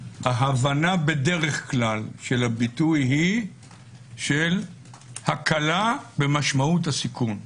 ההבנה בדרך כלל של הביטוי היא של הקלה במשמעות הסיכון.